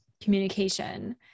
communication